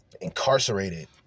incarcerated